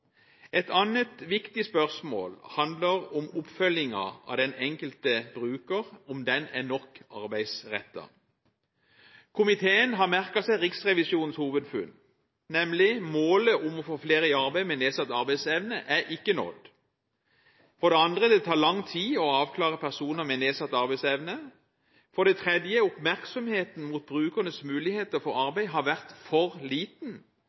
Et annet viktig spørsmål handler om hvorvidt oppfølgingen av den enkelte bruker er nok arbeidsrettet. Komiteen har merket seg Riksrevisjonens hovedfunn, nemlig at målet om å få flere med nedsatt arbeidsevne i arbeid ikke er nådd. For det andre vil det ta lang tid å avklare personer med nedsatt arbeidsevne. For det tredje har oppmerksomheten mot brukernes muligheter for arbeid vært for liten.